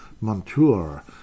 Montour